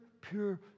pure